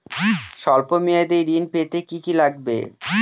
সল্প মেয়াদী ঋণ পেতে কি কি লাগবে?